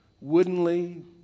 woodenly